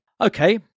Okay